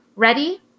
ready